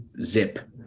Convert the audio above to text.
zip